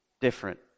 different